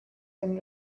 been